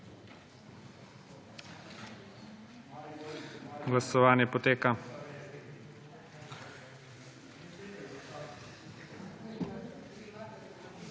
Glasovanje poteka.